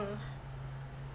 mm